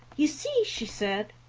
you see, she said,